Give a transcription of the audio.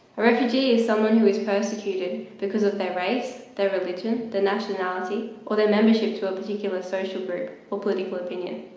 a refugee is someone who is persecuted because of their race, their religion, their nationality, or their membership to a particular social group political opinion.